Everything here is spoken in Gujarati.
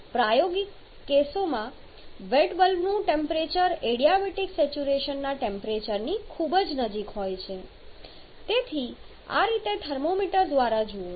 પ્રાયોગિક કેસોમાં વેટ બલ્બનું ટેમ્પરેચર એડીયાબેટિક સેચ્યુરેશનના ટેમ્પરેચરની ખૂબ જ નજીક હોય છે તેથી આ રીતે થર્મોમીટર દ્વારા જુઓ